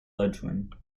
ludwig